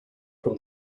from